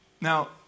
Now